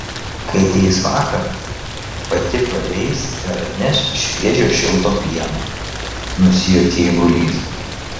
kai ateis vakaras pati pareis ir atneš šviežio šilto pieno nusijuokė eigulys